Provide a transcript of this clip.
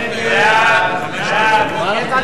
סעיפים